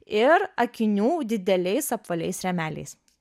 ir akinių dideliais apvaliais rėmeliais